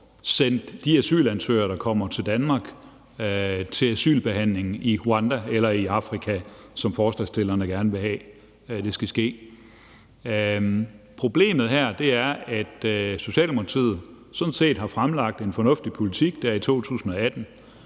sendt de asylansøgere, der kommer til Danmark, til asylbehandling i Rwanda eller i Afrika, som forslagsstillerne gerne vil have det skal ske. Problemet her er, at Socialdemokratiet sådan set har fremlagt en fornuftig politik i 2018